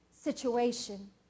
situation